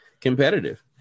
competitive